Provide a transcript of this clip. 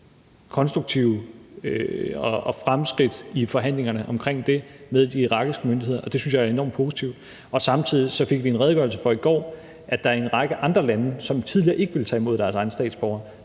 konstruktive drøftelser og fremskridt i forhandlingerne omkring det med de irakiske myndigheder, og det synes jeg er enormt positivt. Samtidig fik vi i går en redegørelse for, at der er en række andre lande, som tidligere ikke ville tage imod egne statsborgere,